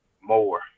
more